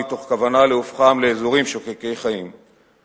מתוך כוונה להופכם לאזורים שוקקי חיים.